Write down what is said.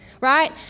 right